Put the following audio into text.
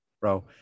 bro